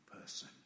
person